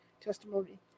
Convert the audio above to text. testimony